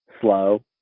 slow